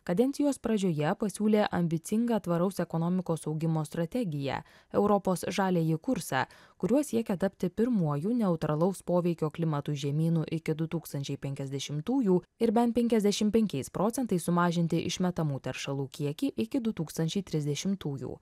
kadencijos pradžioje pasiūlė ambicingą tvaraus ekonomikos augimo strategiją europos žaliąjį kursą kuriuo siekia tapti pirmuoju neutralaus poveikio klimatui žemynu iki du tūkstančiai penkiasdešimtųjų ir bent penkiasdešim penkiais procentais sumažinti išmetamų teršalų kiekį iki du tūkstančiai trisdešimtųjų